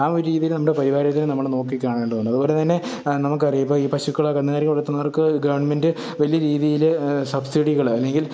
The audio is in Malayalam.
ആ ഒരു രീതിയിൽ നമ്മുടെ പരിപാലിത്തിനെ നമ്മൾ നോക്കിക്കാണേണ്ടതുണ്ട് അതുപോലെതന്നെ നമുക്കറിയാം ഇപ്പോൾ ഈ പശുക്കളെ കന്നുകാലി വളത്തുന്നവര്ക്ക് ഗവണ്മെന്റ് വലിയ രീതിയിൽ സബ്സിഡികൾ അല്ലെങ്കില്